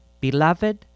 Beloved